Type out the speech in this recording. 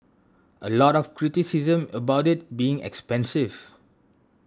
a lot of criticism about it being expensive